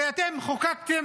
הרי אתם חוקקתם